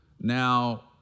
Now